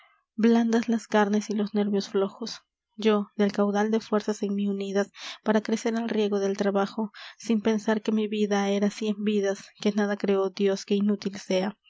blandas las carnes y los nervios flojos yo del caudal de fuerzas en mí unidas para crecer al riego del trabajo sin pensar que mi vida era cien vidas que nada creó dios que inútil sea